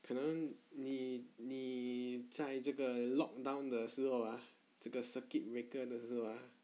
可能你你在这个 lock down 的时候 ah 这个 circuit breaker 的时候 ah